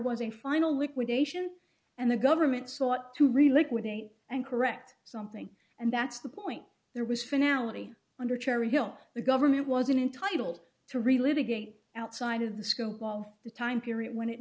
was a final liquidation and the government sought to relook with aig and correct something and that's the point there was finale under cherry hill the government wasn't intitled to relive again outside of the scope all the time period when it